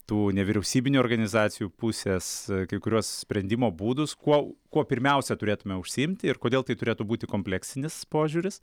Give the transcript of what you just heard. tų nevyriausybinių organizacijų pusės kai kuriuos sprendimo būdus kuo kuo pirmiausia turėtumėme užsiimti ir kodėl tai turėtų būti kompleksinis požiūris